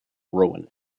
rowan